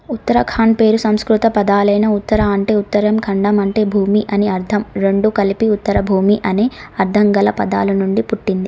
ఉత్తరాఖాండ్ పేరు సంస్కృత పదాలైన ఉత్తర అంటే ఉత్తరం ఖండం అంటే భూమి అని అర్ధం రెండూ కలిపి ఉత్తర భూమి అనే అర్థం గల పదాల నుండి పుట్టింది